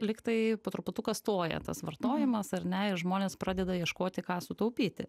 liktai po truputuką stoja tas vartojimas ar ne žmonės pradeda ieškoti ką sutaupyti